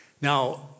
Now